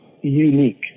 unique